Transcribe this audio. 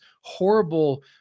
horrible